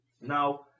Now